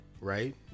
right